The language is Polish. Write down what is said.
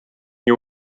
nie